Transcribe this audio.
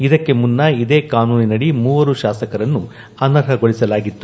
ಇದಕ್ಕೆ ಮುನ್ನ ಇದೇ ಕಾನೂನಿನಡಿ ಮೂವರು ಶಾಸಕರನ್ನು ಅನರ್ಹಗೊಳಿಸಲಾಗಿತ್ತು